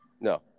No